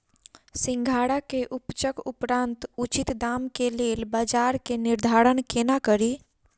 सिंघाड़ा केँ उपजक उपरांत उचित दाम केँ लेल बजार केँ निर्धारण कोना कड़ी?